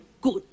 good